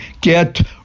Get